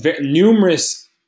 numerous